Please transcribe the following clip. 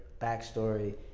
backstory